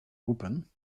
roepen